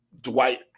Dwight